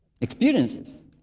experiences